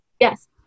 Yes